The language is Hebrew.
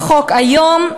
בחוק היום,